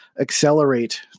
accelerate